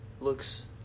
looks